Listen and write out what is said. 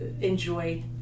enjoy